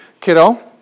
Kiddo